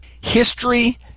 History